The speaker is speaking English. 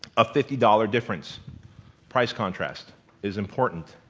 a fifty dollar difference price contrast is important